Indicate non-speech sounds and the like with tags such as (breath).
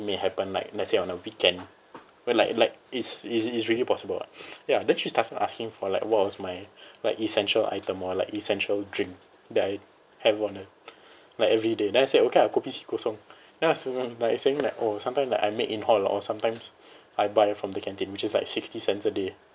may happen like let's say on a weekend where like like is is is really possible what (breath) ya then she started asking for like what was my like essential item or like essential drink that I have on a like everyday then I say okay ah kopi C kosong ya so like saying like oh sometime like I make in hall or sometimes (breath) I buy from the canteen which is like sixty cents a day